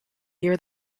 near